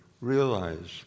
realize